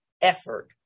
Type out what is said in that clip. effort